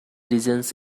regions